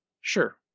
Sure